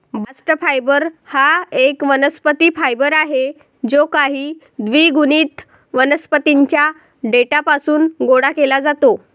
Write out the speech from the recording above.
bast fibre हा एक वनस्पती फायबर आहे जो काही द्विगुणित वनस्पतीं च्या देठापासून गोळा केला जातो